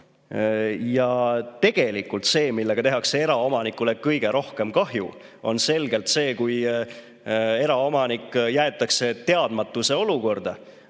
Tegelikult see, millega tehakse eraomanikule kõige rohkem kahju, on selgelt see, kui eraomanik jäetakse teadmatuse olukorda,